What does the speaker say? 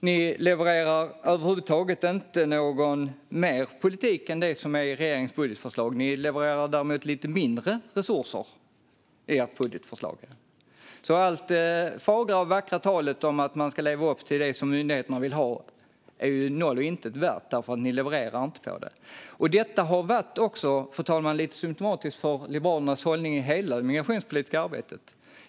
Ni levererar över huvud taget inte någon mer politik än det som finns i regeringens budgetförslag. Ni levererar däremot lite mindre resurser i ert budgetförslag. Allt det fagra talet om att man ska leva upp till det som myndigheterna vill ha är noll och intet värt, för ni levererar inte på det. Fru talman! Detta är lite symtomatiskt för Liberalernas hållning i hela det migrationspolitiska arbetet.